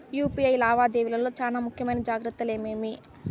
UPI లావాదేవీల లో చానా ముఖ్యమైన జాగ్రత్తలు ఏమేమి?